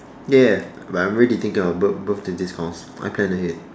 ya but I'm already thinking of birth~ birthday discounts I plan ahead